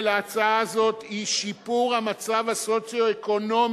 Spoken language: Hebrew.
של ההצעה הזאת היא שיפור המצב הסוציו-אקונומי